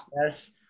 Yes